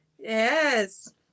Yes